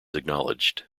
acknowledged